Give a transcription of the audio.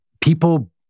people